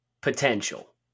potential